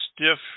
stiff